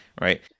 Right